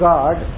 God